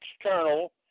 external